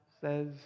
says